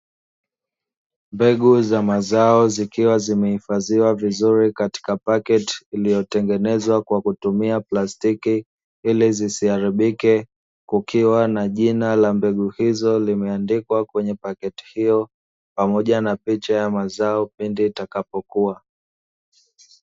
Mbegu za mazao zikiwa zimehifadhiwa vizuri katika pakiti iliyotengenezwa kwa kutumia plastiki, ili zisiharibike kukiwa na jina la mbegu hizo limeandikwa kwenye pakiti hiyo, pamoja na picha ya mazao pindi yatakapokua.